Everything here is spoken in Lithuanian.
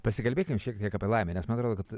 pasikalbėkim šiek tiek apie laimę nes man atrodo kad